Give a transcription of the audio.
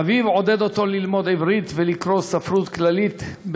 אביו עודד אותו ללמוד עברית ולקרוא ספרות כללית,